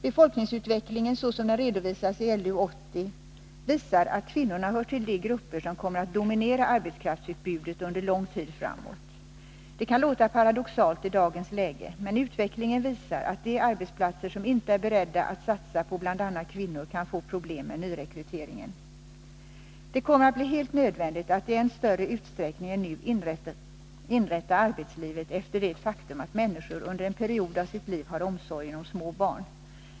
Befolkningsutvecklingen, såsom den redovisas i LU 80, visar att kvinnorna hör till de grupper som kommer att dominera arbetskraftsutbudet under lång tid framåt. Det kan låta paradoxalt i dagens läge, men utvecklingen visar att de arbetsplatser som inte är beredda att satsa på bl.a. kvinnor kan få problem med nyrekryteringen. Det kommer att bli helt nödvändigt att i än större utsträckning än nu inrätta arbetslivet efter det faktum att människor under en period av sitt liv har omsorgen om små barn.